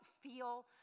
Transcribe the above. feel